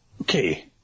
Okay